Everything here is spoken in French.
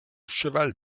cheval